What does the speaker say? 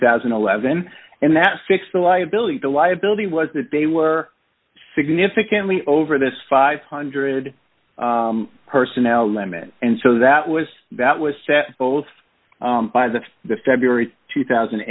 thousand and eleven and that fixed the liability the liability was that they were significantly over this five hundred personnel limit and so that was that was set both by the the february two thousand